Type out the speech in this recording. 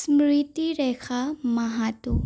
Smriti Rekha Mahato